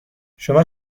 شما